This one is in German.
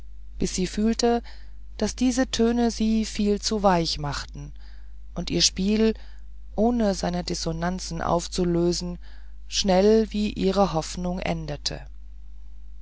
bis sie fühlte daß diese töne sie viel zu weich machen und ihr spiel ohne seine dissonanzen aufzulösen schnell wie ihre hoffnung endete